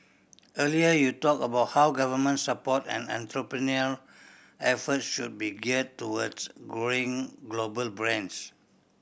earlier you talked about how government support and entrepreneurial effort should be geared towards growing global brands